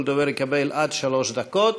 וכל דובר יקבל עד שלוש דקות.